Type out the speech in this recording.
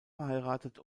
verheiratet